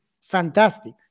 fantastic